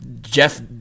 Jeff